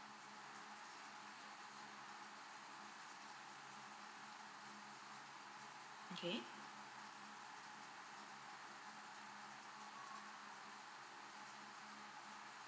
okay